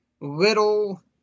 little